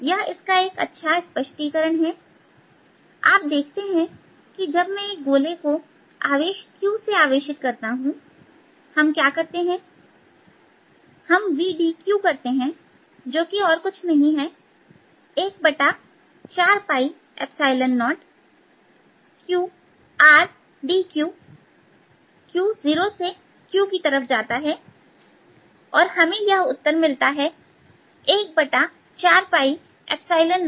यह इसका एक अच्छा स्पष्टीकरण है आप देखते हैं कि जब मैं एक गोले को आवेश q से आवेशित करता हूं हम क्या करते हैं कि हम Vdq करते हैं जो कि कुछ नहीं पर 1400Q qRdq q 0 से Q की तरफ जाता है और हमें यह उत्तर मिलता है 140Q22R